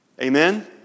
Amen